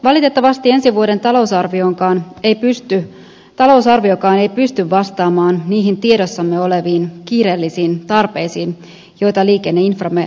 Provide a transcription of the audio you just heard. valitettavasti ensi vuoden talousarviokaan ei pysty vastaamaan niihin tiedossamme oleviin kiireellisiin tarpeisiin joita liikenneinframme vaatisi